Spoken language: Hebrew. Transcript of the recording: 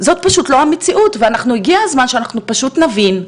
זאת פשוט לא המציאות והגיע הזמן שאנחנו פשוט נבין,